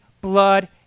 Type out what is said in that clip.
blood